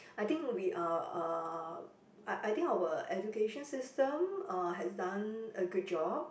I think we are uh I I think our education system uh has done a good job